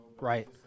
Right